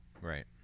Right